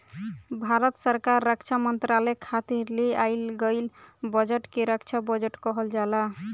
भारत सरकार रक्षा मंत्रालय खातिर ले आइल गईल बजट के रक्षा बजट कहल जाला